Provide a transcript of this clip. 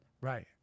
Right